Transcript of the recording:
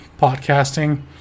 podcasting